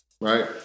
right